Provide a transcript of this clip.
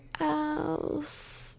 else